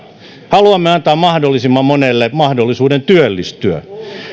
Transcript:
haluamme antaa mahdollisimman monelle mahdollisuuden työllistyä